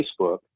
Facebook